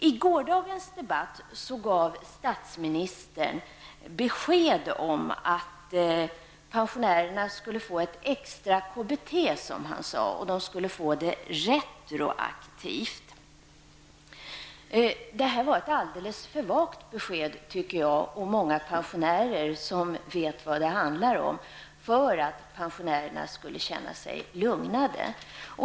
I gårdagens debatt gav statsministern besked om att pensionärerna skulle få ett extra KBT, och att det skulle utgå retroaktivt. Detta var ett alldeles för vagt besked, anser jag och många pensionärer som vet vad det handlar om, för att pensionärerna skall känna sig lugnade.